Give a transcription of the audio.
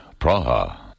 Praha